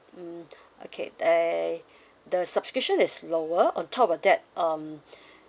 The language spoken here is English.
mm okay and the subscription is lower on top of that um